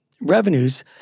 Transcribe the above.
revenues